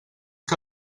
que